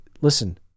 listen